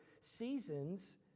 seasons